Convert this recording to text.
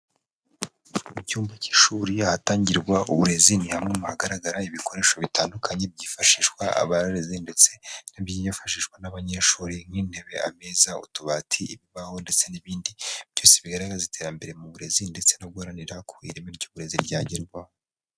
Mu cyumba k'ishuri ahatangirwa uburezi ni hamwe mu hagaragara ibikoresho bitandukanye byifashishwa n'abarezi ndetse n'ibyifashishwa n'abanyeshuri nk'intebe, ameza, utubati, imbaho ndetse n'ibindi byose bigaragaza iterambere mu burezi ndetse no guharanira ku ireme ry'uburezi ryagerwaho.